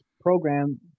program